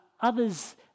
others